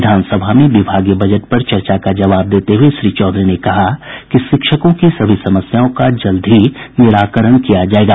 विधानसभा में विभागीय बजट पर चर्चा का जवाब देते हुए श्री चौधरी ने कहा कि शिक्षकों की सभी समस्याओं का जल्द ही निराकरण किया जायेगा